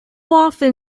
often